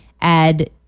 add